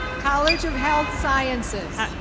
college of health sciences.